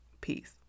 Peace